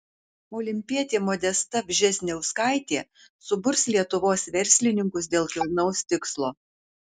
olimpietė modesta vžesniauskaitė suburs lietuvos verslininkus dėl kilnaus tikslo